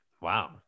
Wow